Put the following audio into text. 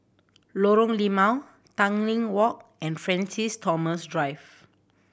Lorong Limau Tanglin Walk and Francis Thomas Drive